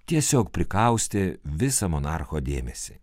tiesiog prikaustė visą monarcho dėmesį